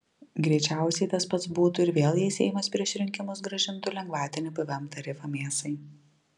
greičiausiai tas pats būtų ir vėl jei seimas prieš rinkimus grąžintų lengvatinį pvm tarifą mėsai